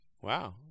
wow